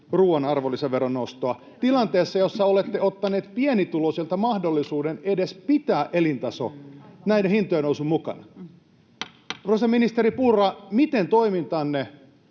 ruuan arvonlisäveron nostoa tilanteessa, jossa olette ottaneet pienituloisilta mahdollisuuden edes pitää elintaso näiden hintojen nousun mukana. [Aino-Kaisa Pekonen: Aivan!